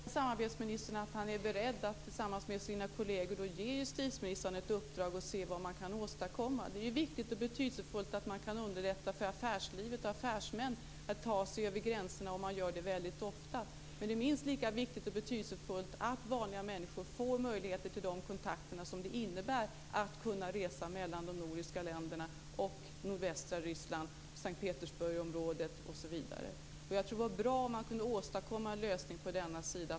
Herr talman! Skall jag tolka det som att samarbetsministern är beredd att tillsammans med sina kolleger ge justitieministrarna i uppdrag att se vad man kan åstadkomma? Det är viktigt och betydelsefullt att man kan underlätta för affärslivet och för affärsmän att ta sig över gränserna om de gör det väldigt ofta. Men det är minst lika viktigt och betydelsefullt att vanliga människor får möjlighet till de kontakter som det innebär att kunna resa mellan de nordiska länderna och nordvästra Ryssland, S:t Petersburgsområdet osv. Jag tror att det vore bra om man kunde åstadkomma en lösning på denna sida.